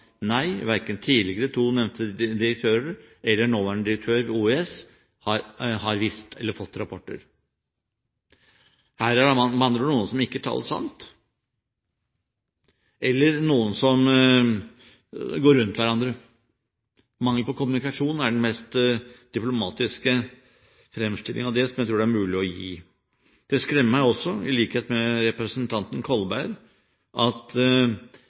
verken de to tidligere nevnte direktører eller nåværende direktør ved OUS har visst, eller fått rapporter, om det. Her er det med andre ord noen som ikke taler sant, eller noen som går rundt hverandre. Mangel på kommunikasjon er den mest diplomatiske fremstillingen av det som jeg tror det er mulig å gi. Det skremmer også meg, i likhet med representanten Kolberg, at